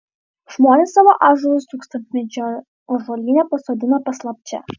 žmonės savo ąžuolus tūkstantmečio ąžuolyne pasodina paslapčia